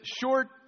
short